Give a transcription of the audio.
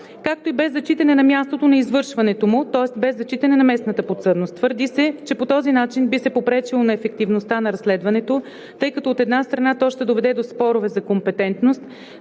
както и без зачитане на мястото на извършването му, тоест без зачитане на местната подсъдност. Твърди се, че по този начин би се попречило на ефективността на разследването, тъй като, от една страна, то ще доведе до спорове за компетентност,